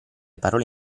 parole